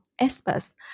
experts